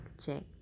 check